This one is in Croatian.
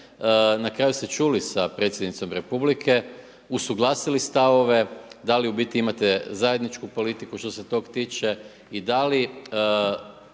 na kraju se čuli sa predsjednicom republike usuglasili stavove, da li u biti imate zajedničku politiku što se tog tiče i da li